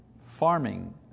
farming